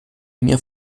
mir